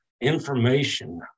information